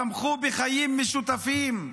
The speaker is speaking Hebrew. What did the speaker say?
תמכו בחיים משותפים?